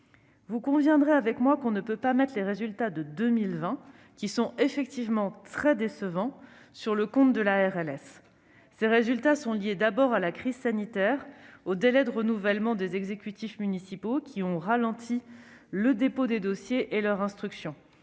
Vous conviendrez avec moi que l'on ne peut pas mettre les résultats de 2020, qui sont effectivement très décevants, sur le compte de la RLS. Ces résultats sont d'abord liés à la crise sanitaire et au délai de renouvellement des exécutifs municipaux, qui ont ralenti le dépôt des dossiers et leur instruction.